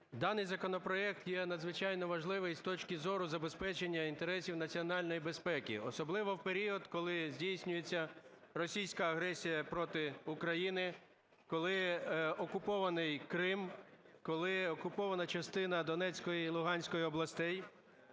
даний законопроект є надзвичайно важливий і з точки зору забезпечення інтересів національної безпеки. Особливо в період, коли здійснюється російська агресія проти України, коли окупований Крим, коли окупована частина Донецької і Луганської областей,